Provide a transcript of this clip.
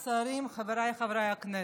שרים, חבריי חברי הכנסת,